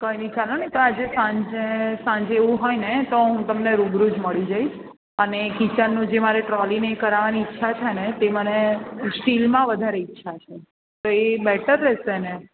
કંઈ નહીં ચાલો ને તો આજે સાંજે સાંજે એવું હોય ને તો હું તમને રૂબરૂ જ મળી જઈશ અને કિચનનું જે મારે ટ્રૉલી ને એ કરાવવાની ઈચ્છા છે ને તે મને સ્ટીલમાં વધારે ઈચ્છા છે તો એ બેટર રહેશે ને